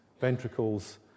ventricles